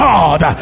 God